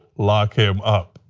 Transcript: lock him up,